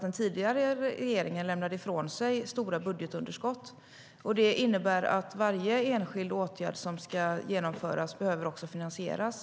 Den tidigare regeringen lämnade nämligen ifrån sig stora budgetunderskott, och det innebär att varje enskild åtgärd som ska genomföras behöver finansieras.